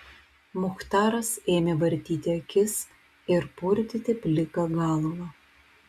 muchtaras ėmė vartyti akis ir purtyti pliką galvą